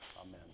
Amen